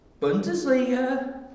Bundesliga